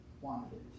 wanted